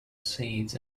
seeds